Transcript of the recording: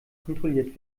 kontrolliert